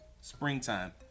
Springtime